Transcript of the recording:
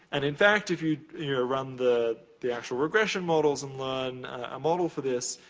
and in fact, if you yeah run the the actual regression models and learn a model for this.